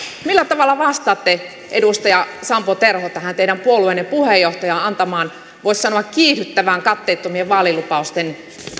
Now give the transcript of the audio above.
millä tavalla vastaatte edustaja sampo terho tähän teidän puolueenne puheenjohtajan antamaan voisi sanoa kiihdyttävän katteettomien vaalilupausten